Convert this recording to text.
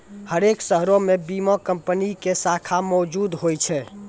हरेक शहरो मे बीमा कंपनी के शाखा मौजुद होय छै